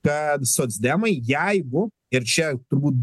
tą socdemai jeigu ir čia turbūt